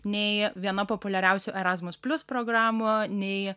nė viena populiariausių erasmus plius programų nei